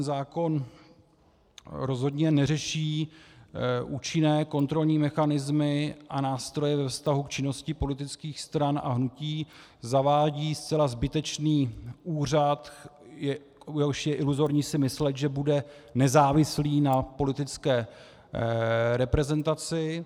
Zákon rozhodně neřeší účinné kontrolní mechanismy a nástroje ve vztahu k činnosti politických stran a hnutí, zavádí zcela zbytečný úřad, u něhož je iluzorní si myslet, že bude nezávislý na politické reprezentaci.